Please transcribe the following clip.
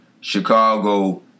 Chicago